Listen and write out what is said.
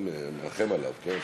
אני מרחם עליו, כן.